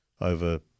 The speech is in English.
over